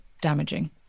damaging